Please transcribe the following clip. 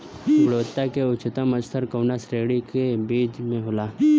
गुणवत्ता क उच्चतम स्तर कउना श्रेणी क बीज मे होला?